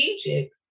strategic